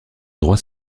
droit